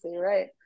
right